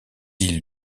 île